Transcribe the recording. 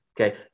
okay